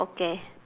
okay